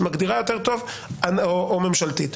שמגדירה יותר טוב או ממשלתית.